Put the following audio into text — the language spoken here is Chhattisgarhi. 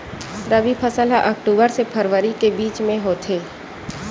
रबी फसल हा अक्टूबर से फ़रवरी के बिच में होथे